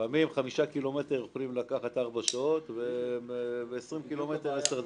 לפעמים 5 ק"מ יכולים לקחת ארבע שעות ו-20 ק"מ יכולים לקחת 10 דקות.